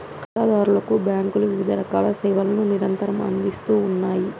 ఖాతాదారులకు బ్యాంకులు వివిధరకాల సేవలను నిరంతరం అందిస్తూ ఉన్నాయి